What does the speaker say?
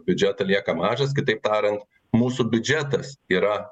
biudžetą lieka mažas kitaip tariant mūsų biudžetas yra